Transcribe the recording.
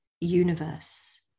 universe